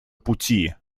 пути